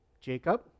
Jacob